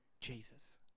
Jesus